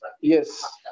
yes